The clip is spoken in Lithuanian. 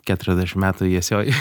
keturiasdešimt metų jiesioj